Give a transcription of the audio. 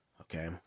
okay